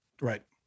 right